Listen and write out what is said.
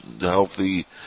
healthy